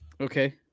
Okay